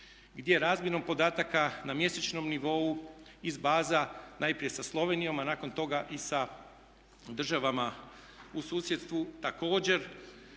gdje razmjenom podataka na mjesečnom nivou iz baza najprije sa Slovenijom a nakon toga i sa državama u susjedstvu također